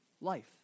life